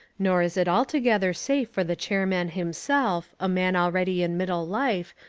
nor is it altogether safe for the chairman himself, a man already in middle life,